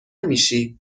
میشی